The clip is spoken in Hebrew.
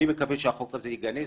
אני מקווה שהחוק הזה ייגנז,